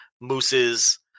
Moose's